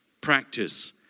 Practice